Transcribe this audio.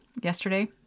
yesterday